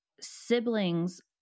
siblings